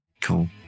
Cool